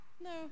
no